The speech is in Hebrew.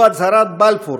הוא הצהרת בלפור,